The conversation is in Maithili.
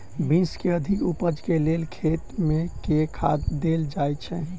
बीन्स केँ अधिक उपज केँ लेल खेत मे केँ खाद देल जाए छैय?